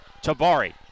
Tabari